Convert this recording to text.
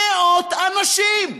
מאות אנשים,